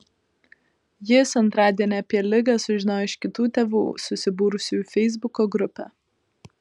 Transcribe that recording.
jis antradienį apie ligą sužinojo iš kitų tėvų susibūrusių į feisbuko grupę